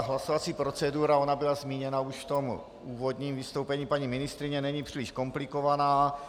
Hlasovací procedura byla zmíněna už v úvodním vystoupení paní ministryně, není příliš komplikovaná.